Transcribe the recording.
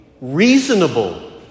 reasonable